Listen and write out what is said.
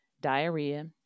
diarrhea